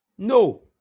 No